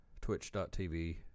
twitch.tv